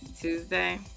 Tuesday